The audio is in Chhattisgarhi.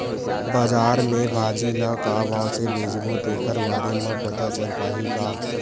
बजार में भाजी ल का भाव से बेचबो तेखर बारे में पता चल पाही का?